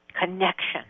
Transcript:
connection